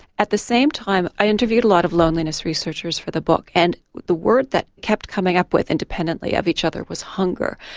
at the same time i interviewed a lot of loneliness researchers for the book and the word that kept coming up with independently of each other was hunger,